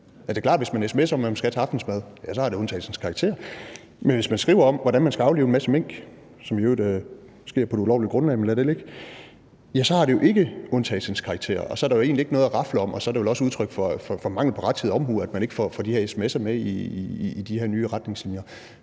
hvis man sms'er, hvad man skal have til aftensmad, så har undtagelsens karakter, men hvis man skriver om, hvordan man skal aflive en masse mink – som i øvrigt sker på et ulovligt grundlag, men lad det ligge – så har det jo ikke undtagelsens karakter, og så er der jo egentlig ikke noget at rafle om. Og så er det vel også et udtryk for mangel på rettidig omhu, at man ikke får de her sms'er med i de her nye retningslinjer.